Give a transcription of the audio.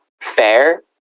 fair